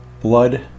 blood